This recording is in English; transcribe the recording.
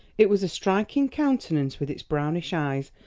it was a striking countenance, with its brownish eyes,